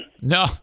No